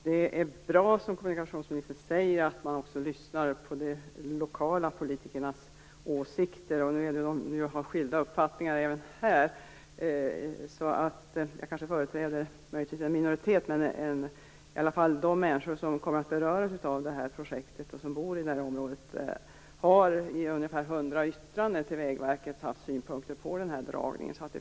Fru talman! Det är bra, som kommunikationsministern säger, att man också lyssnar på de lokala politikernas åsikter. Nu har ju de skilda uppfattningar även här, och jag kanske företräder en minoritet, men de människor som kommer att beröras av det här projektet och som bor i området har i ungefär hundra yttranden till Vägverket haft synpunkter på den här dragningen.